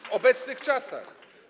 W obecnych czasach.